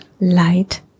light